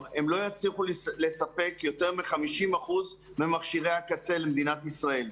הם לא יצליחו לספק יותר מ-50% ממכשירי הקצה למדינת ישראל.